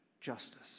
justice